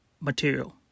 material